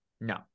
No